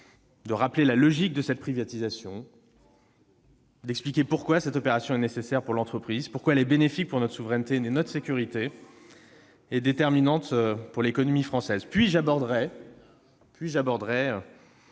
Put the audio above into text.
de rappeler la logique de cette privatisation et d'expliquer pourquoi cette opération est nécessaire pour l'entreprise, bénéfique pour notre souveraineté et notre sécurité ainsi que déterminante pour l'économie française. J'aborderai